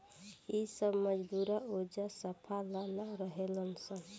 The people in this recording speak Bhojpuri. इ सब मजदूरा ओजा साफा ला ना रहेलन सन